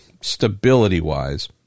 stability-wise